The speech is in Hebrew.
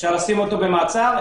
אפשר לשים אותו במעצר,